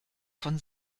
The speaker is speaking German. von